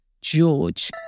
George